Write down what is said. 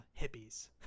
hippies